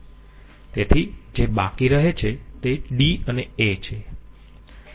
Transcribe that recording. તેથી જે બાકી રહે છે તે d અને a છે